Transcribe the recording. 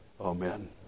Amen